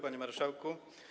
Panie Marszałku!